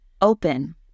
open